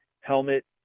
helmet